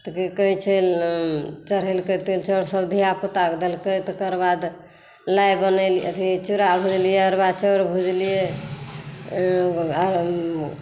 तऽ की कहै छै चढ़ेलकै तिल चाउर सब धियापुता के देलकै तकरबाद लाइ बनेली अथी चुरा भुजलियै अरबा चाउर भुजलियै